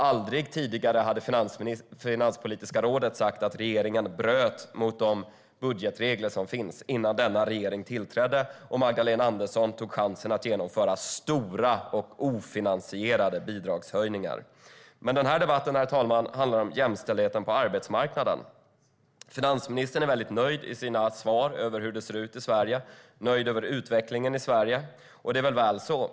Aldrig tidigare, innan denna regering tillträdde och Magdalena Andersson tog chansen att genomföra stora och ofinansierade bidragshöjningar, hade Finanspolitiska rådet sagt att regeringen bröt mot de budgetregler som finns. Men den här debatten handlar, herr talman, om jämställdheten på arbetsmarknaden. Finansministern är mycket nöjd i sina svar med hur det ser ut i Sverige. Hon är nöjd med utvecklingen i Sverige. Det är väl väl så.